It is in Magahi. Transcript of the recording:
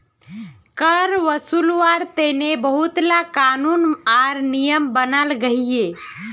कर वासूल्वार तने बहुत ला क़ानून आर नियम बनाल गहिये